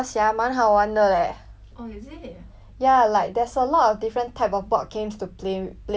ya like there's a lot of different type of board games to play play with like 什么 monopoly ah 之类的